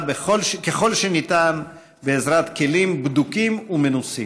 ככל שניתן בעזרת כלים בדוקים ומנוסים.